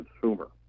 consumer